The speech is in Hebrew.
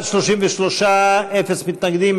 אין.